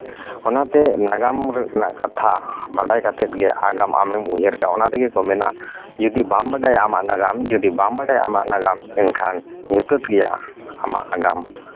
ᱚᱱᱟᱛᱮ ᱱᱟᱜᱟᱢ ᱨᱮᱭᱟᱜ ᱠᱟᱛᱷᱟ ᱵᱟᱰᱟᱭ ᱠᱟᱛᱮᱫ ᱜᱮ ᱟᱜᱟᱢ ᱟᱢᱮᱢ ᱩᱭᱦᱟᱹᱨ ᱠᱟᱜᱼᱟ ᱚᱱᱟ ᱛᱮᱜᱮ ᱠᱚ ᱢᱮᱱᱟ ᱡᱩᱫᱤ ᱵᱟᱢ ᱵᱟᱰᱟᱭᱟ ᱟᱢᱟᱜ ᱱᱟᱜᱟᱢ ᱡᱩᱫᱤ ᱵᱟᱢ ᱵᱟᱰᱟᱭᱟ ᱟᱢᱟᱜ ᱱᱟᱜᱟᱢ ᱮᱱᱠᱷᱟᱱ ᱧᱩᱛᱟᱹᱛ ᱜᱮᱭᱟ ᱟᱢᱟᱜ ᱟᱜᱟᱢ